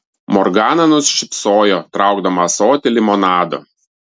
morgana nusišypsojo traukdama ąsotį limonado